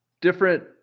different